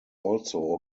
also